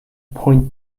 point